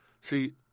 See